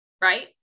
Right